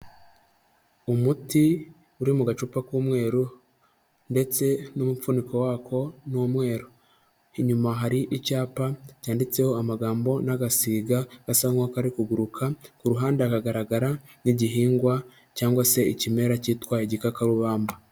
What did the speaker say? Umuti uri mu gacupa k'umweru ndetse n'umupfuniko wako ni umweru, inyuma hari icyapa cyanditseho amagambo n'agasiga gasa nk'akari kuguruka, ku ruhande hakagaragara n'igihingwa cyangwa se ikimera cyitwa igikakarubamba.